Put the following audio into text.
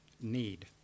need